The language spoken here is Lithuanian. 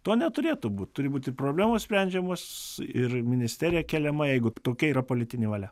to neturėtų būti turi būti problemos sprendžiamos ir ministerija keliama jeigu tokia yra politinė valia